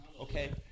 okay